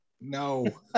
No